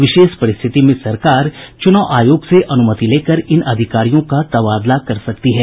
विशेष परिस्थिति में सरकार चुनाव आयोग से अनुमति लेकर इन अधिकारियों का तबादला कर सकती है